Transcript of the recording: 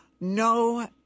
no